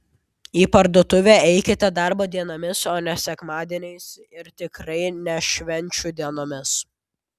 į parduotuvę eikite darbo dienomis o ne sekmadieniais ir tikrai ne švenčių dienomis